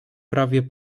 prawie